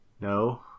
no